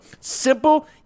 Simple